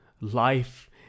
life